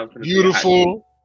beautiful